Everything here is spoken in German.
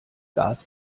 gas